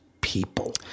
people